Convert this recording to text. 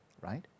right